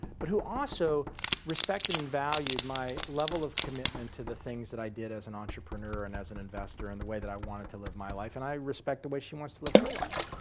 but who also respected and valued my level of commitment to the things that i did as an entrepreneur and as an investor and the way that i wanted to live my life, and i respect the way she wants to live her life.